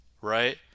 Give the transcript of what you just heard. right